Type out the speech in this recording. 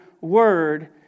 word